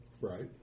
right